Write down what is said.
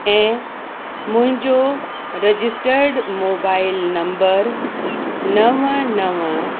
ऐं मुंहिंजो registered mobile number नव नवं